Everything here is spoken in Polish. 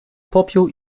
popiół